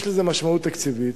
יש לזה משמעות תקציבית.